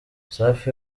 safi